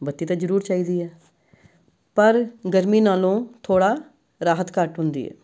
ਬੱਤੀ ਤਾਂ ਜ਼ਰੂਰ ਚਾਹੀਦੀ ਹੈ ਪਰ ਗਰਮੀ ਨਾਲੋਂ ਥੋੜ੍ਹਾ ਰਾਹਤ ਘੱਟ ਹੁੰਦੀ ਹੈ